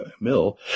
mill